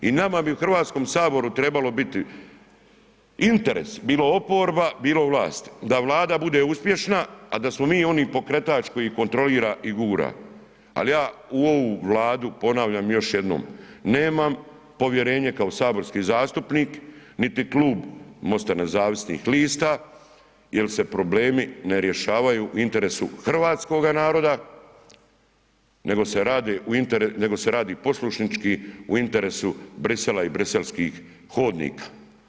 I nama bi u Hrvatskom saboru trebalo biti interes, bilo oporba, bilo vlast da vlada bude uspješna, a da smo mi oni pokretač koji kontrolira i gura, ali ja u ovu Vladu, ponavljam još jednom nemam povjerenje kao saborski zastupnik niti Klub MOST-a nezavisnih lista jer se problemi ne rješavaju u interesu hrvatskoga naroda, nego se radi poslušnički u interesu Bruxellesa i briselskih hodnika.